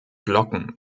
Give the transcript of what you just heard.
glocken